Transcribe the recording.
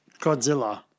Godzilla